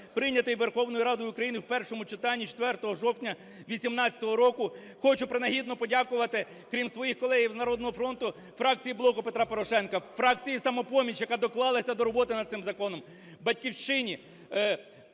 прийнятий Верховною Радою України в першому читанні 4 жовтня 2018 року. Хочу принагідно подякувати, крім своїх колег із "Народного фронту", фракції "Блоку Петра Порошенка", фракції "Самопоміч", яка доклалася до роботи над цим законом, "Батьківщині",